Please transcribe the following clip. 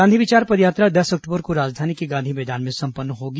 गांधी विचार पदयात्रा दस अक्टूबर को राजधानी के गांधी मैदान में संपन्न होगी